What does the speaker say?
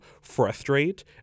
frustrate